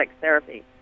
therapy